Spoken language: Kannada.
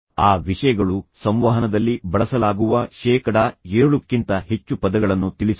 ಆ ವಿಷಯಗಳು ಸಂವಹನದಲ್ಲಿ ಬಳಸಲಾಗುವ ಶೇಕಡಾ 7 ಕ್ಕಿಂತ ಹೆಚ್ಚು ಪದಗಳನ್ನು ತಿಳಿಸುತ್ತವೆ